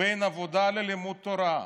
בין עבודה ללימוד תורה.